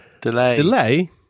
Delay